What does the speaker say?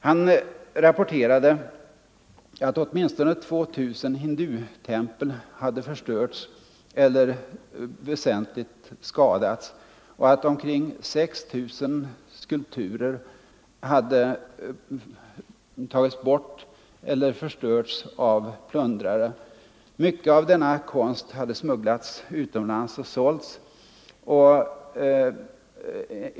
Han rapporterade att åtminstone 2 000 hindutempel hade förstörts eller väsentligt skadats och att omkring 6 000 skulpturer hade tagits bort eller förstörts av plundrare. Mycket av denna konst hade smugglats utomlands och sålts.